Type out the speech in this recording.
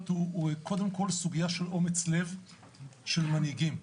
הוא קודם כול סוגיה של אומץ לב של מנהיגים,